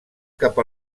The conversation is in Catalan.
cap